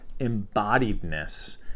embodiedness